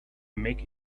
make